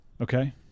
okay